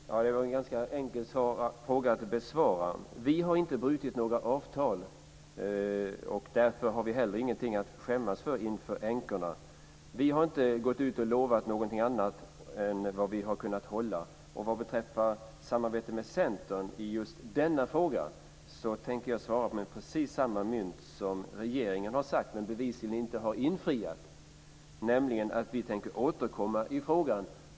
Fru talman! Det var en ganska enkel fråga att besvara. Vi har inte brutit några avtal. Därför har vi heller ingenting att skämmas för inför änkorna. Vi har inte gått ut och lovat någonting annat än vad vi har kunnat hålla. Vad beträffar samarbetet med Centern i just denna fråga tänker jag svara med precis samma mynt som regeringen har sagt men bevisligen inte har infriat, nämligen att vi tänker återkomma i frågan.